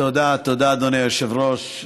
תודה, אדוני היושב-ראש.